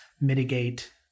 mitigate